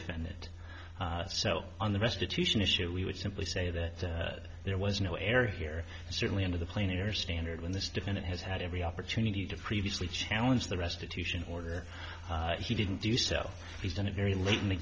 t so on the restitution issue we would simply say that there was no air here certainly under the plane or standard when this defendant has had every opportunity to previously challenge the restitution order he didn't do so he's done it very late in the